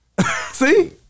See